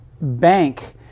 bank